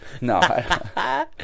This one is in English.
No